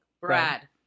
brad